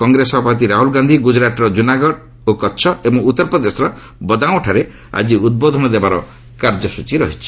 କଂଗ୍ରେସ ସଭାପତି ରାହୁଲ ଗାନ୍ଧୀ ଗୁଜୁରାଟର ଜୁନାଗଡ ଓ କଚ୍ଚ ଏବଂ ଉତ୍ତର ପ୍ରଦେଶର ବଦାଓଁଠାରେ ଆଜି ଉଦ୍ବୋଧନ ଦେବାର କାର୍ଯ୍ୟସ୍ଚୀ ରହିଛି